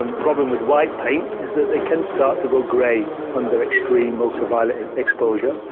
um problem with white paint is that they can start to go gray under extreme ultraviolet exposure.